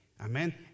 Amen